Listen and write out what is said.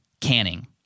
Canning